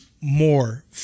more